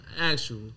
actual